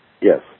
Yes